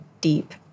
deep